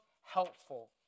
helpful